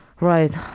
Right